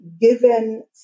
given